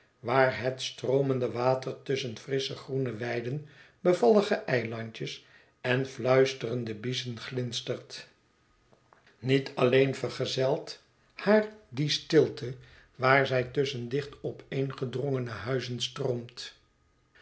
waar het stroomende water tusschen frissche groene weiden bevallige eilandjes en fluisterende biezen glinstert niet alleen vergezelt haar die stilte waar zij tusschen dicht opeengedrongene huizen stroomt